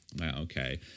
okay